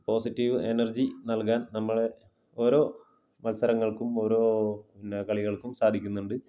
positive energy നല്കാന് നമ്മളെ ഓരോ മത്സരങ്ങള്ക്കും ഓരോ പിന്നെ കളികള്ക്കും സാധിക്കുന്നുണ്ട്